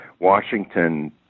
Washington